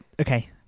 Okay